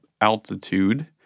altitude